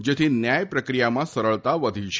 જેથી ન્યાય પ્રક્રિયામાં સરળતા વધી છે